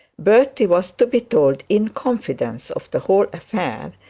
bertie was to be told in confidence of the whole affair,